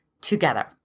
together